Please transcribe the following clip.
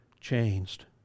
changed